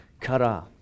kara